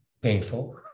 painful